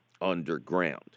underground